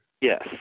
Yes